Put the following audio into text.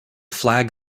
flag